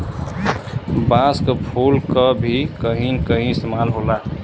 बांस क फुल क भी कहीं कहीं इस्तेमाल होला